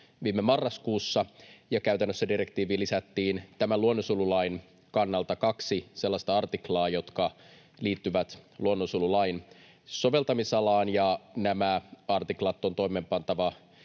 viime marraskuussa, ja käytännössä direktiiviin lisättiin tämän luonnonsuojelulain kannalta kaksi sellaista artiklaa, jotka liittyvät luonnonsuojelulain soveltamisalaan. Nämä artiklat on toimeenpantava